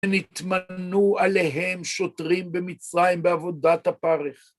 ונתמנו עליהם שוטרים במצרים בעבודת הפרך.